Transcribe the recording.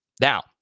Now